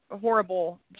horrible